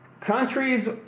countries